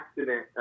accident